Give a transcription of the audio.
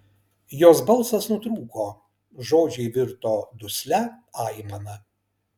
jos balsas nutrūko žodžiai virto duslia aimana